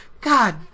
god